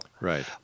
Right